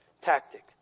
tactic